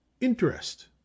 interest